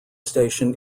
station